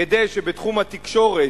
כדי שבתחום התקשורת,